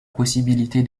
possibilité